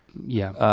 yeah.